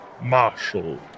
Marshall